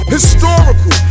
Historical